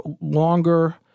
longer